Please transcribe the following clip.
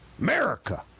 America